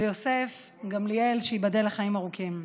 זכרה לברכה, ויוסף גמליאל, שייבדל לחיים ארוכים,